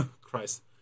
Christ